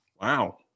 Wow